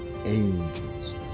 Angels